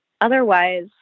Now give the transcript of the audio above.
otherwise